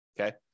Okay